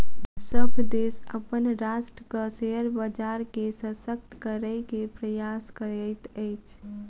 सभ देश अपन राष्ट्रक शेयर बजार के शशक्त करै के प्रयास करैत अछि